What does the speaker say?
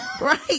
right